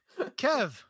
Kev